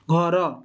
ଘର